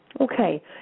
Okay